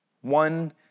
One